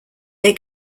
they